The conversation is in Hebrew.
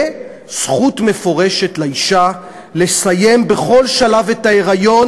וזכות מפורשת לאישה לסיים בכל שלב את ההיריון